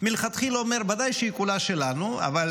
מלכתחילה אומר, ודאי שהיא כולה שלנו, אבל